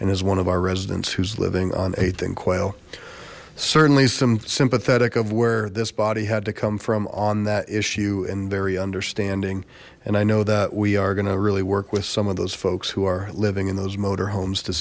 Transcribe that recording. and is one of our residents who's living on a thin quail certainly some sympathetic of where this body had to come from on that issue and very understanding and i know that we are gonna really work with some of those folks who are living in those motor homes to